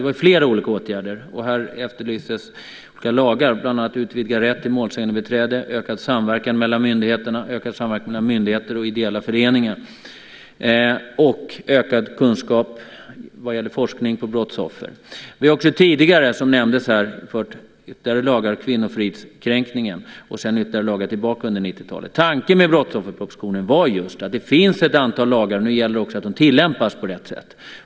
Här efterlystes exempel på lagar, och jag kan då nämna utvidgad rätt till målsägarbiträde, ökad samverkan mellan myndigheter, ökad samverkan mellan myndigheter och ideella föreningar och ökad kunskap när det gäller forskning om brottsoffer. Tidigare infördes - som också nämndes här - lagen om kvinnofridskränkning. Ytterligare lagar tillkom längre tillbaka under 90-talet. Tanken med brottsofferpropositionen var just att det finns ett antal lagar, men det gäller också att de tillämpas på rätt sätt.